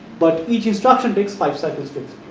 but each instruction takes five cycles but